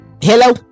hello